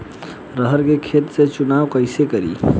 अरहर के खेत के चुनाव कईसे करी?